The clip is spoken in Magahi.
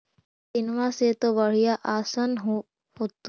मसिनमा से तो बढ़िया आसन हो होतो?